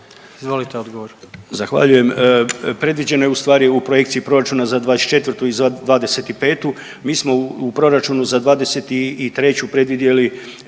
Izvolite odgovor.